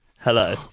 Hello